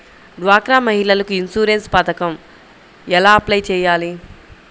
డ్వాక్రా మహిళలకు ఇన్సూరెన్స్ పథకం ఎలా అప్లై చెయ్యాలి?